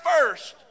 first